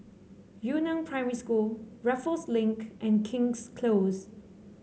Yu Neng Primary School Raffles Link and King's Close